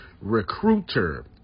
recruiter